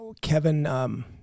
Kevin